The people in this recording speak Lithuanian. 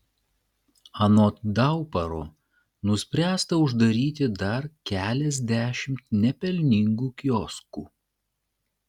anot dauparo nuspręsta uždaryti dar keliasdešimt nepelningų kioskų